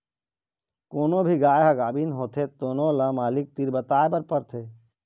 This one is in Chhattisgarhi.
कोनो भी गाय ह गाभिन होथे तेनो ल मालिक तीर बताए बर परथे